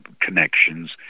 connections